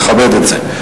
נכבד את זה.